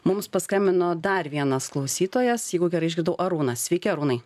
mums paskambino dar vienas klausytojas jeigu gerai išgirdau arūnas sveiki arūnai